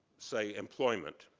say, employment,